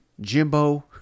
Jimbo